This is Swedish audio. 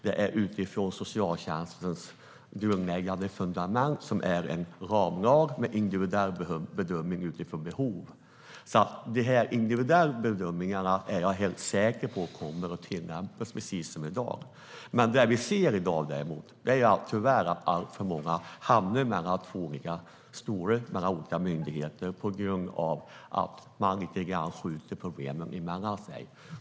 Det är utifrån socialtjänstens grundläggande fundament, som är en ramlag med individuell bedömning utifrån behov. Jag är därför helt säker på att de individuella bedömningarna kommer att tillämpas precis som i dag. Det vi däremot ser i dag är tyvärr att alltför många hamnar mellan två stolar på grund av att myndigheterna lite grann skjuter problemen mellan sig.